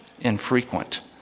infrequent